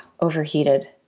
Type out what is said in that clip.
overheated